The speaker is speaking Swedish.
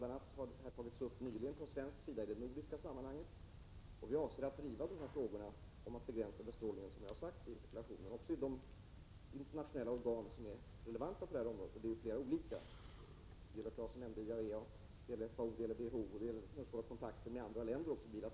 a. har denna fråga nyligen tagits upp i nordiskt sammanhang. Vi avser att driva frågorna om att begränsa bestrålningen också i de internationella organ som är relevanta på detta område. Det är flera olika. Viola Claesson nämnde IAEA. Det gäller också FAO och WHO, och det gäller även vid kontakter med andra länder bilateralt.